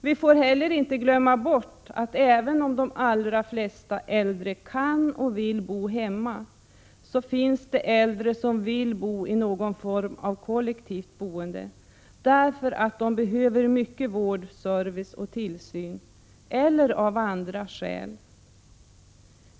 Vi får inte heller glömma bort att även om de allra flesta äldre kan och vill bo hemma finns det äldre som vill bo i någon form av kollektivt boende därför att de behöver mycket vård, service och tillsyn eller av andra skäl.